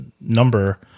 number